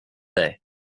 day